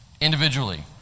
individually